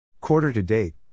Quarter-to-date